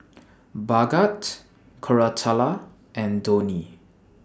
Bhagat Koratala and Dhoni